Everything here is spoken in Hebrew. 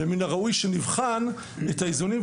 ומן הראוי שנבחן את האיזונים.